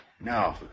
No